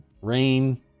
rain